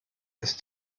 ist